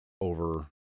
over